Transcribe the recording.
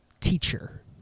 teacher